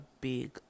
big